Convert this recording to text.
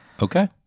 Okay